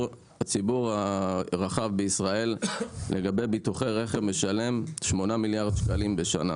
הציבור הרחב בישראל לגבי ביטוחי רכב משלם שמונה מיליארד שקלים בשנה.